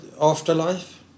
afterlife